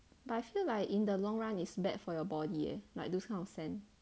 but I feel like in the long run is bad for your body leh like those kind of scent